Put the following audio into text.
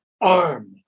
arm